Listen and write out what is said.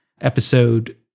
episode